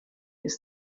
ist